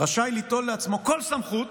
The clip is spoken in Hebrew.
רשאי ליטול לעצמו כל סמכות